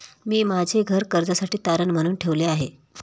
मी माझे घर कर्जासाठी तारण म्हणून ठेवले आहे